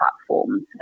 platforms